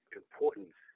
importance